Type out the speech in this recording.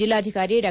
ಜಿಲ್ಲಾಧಿಕಾರಿ ಡಾ